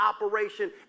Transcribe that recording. operation